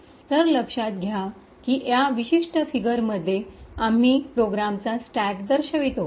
तर लक्षात घ्या की या विशिष्ट फिगरमध्ये आम्ही प्रोग्रामचा स्टॅक दर्शवितो